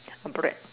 bread